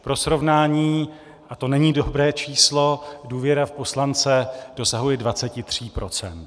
Pro srovnání, a to není dobré číslo, důvěra v poslance dosahuje 23 %.